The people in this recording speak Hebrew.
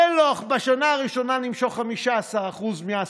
תנו לו בשנה הראשונה למשוך 15% מהסכום,